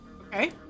Okay